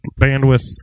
bandwidth